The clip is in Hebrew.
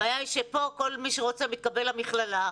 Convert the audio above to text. הבעיה פה שכל מי שרוצה מתקבל למכללה,